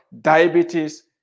diabetes